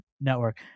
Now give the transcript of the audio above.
network